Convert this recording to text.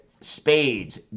spades